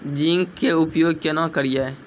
Zinc के उपयोग केना करये?